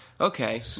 Okay